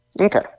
okay